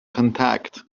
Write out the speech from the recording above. contact